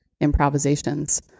improvisations